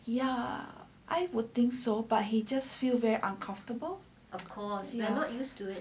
ya I would think so but he just feel very uncomfortable